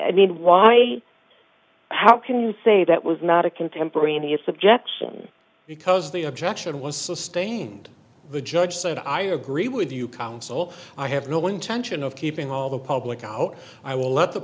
i mean why how can you say that was not a contemporaneous objection because the objection was sustained the judge said i agree with you counsel i have no intention of keeping all the public out i will let the